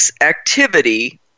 activity